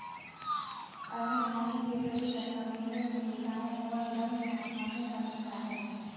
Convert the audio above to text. अरहर पानी के प्रति संवेदनशील होता है और गर्म तापमान में पनपता है